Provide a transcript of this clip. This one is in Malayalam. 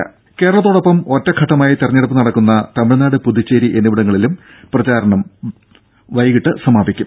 ടെട കേരളത്തോടൊപ്പം ഒറ്റഘട്ടമായി തിരഞ്ഞെടുപ്പ് നടക്കുന്ന തമിഴ്നാട് പുതുച്ചേരി എന്നിവിടങ്ങളിലും പ്രചാരണം ഇന്ന് വൈകിട്ട് സമാപിക്കും